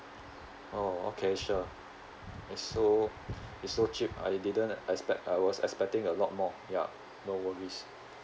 oh okay sure it's so it's so cheap I didn't expect I was expecting a lot more ya no worries